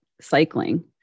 cycling